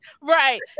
Right